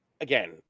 Again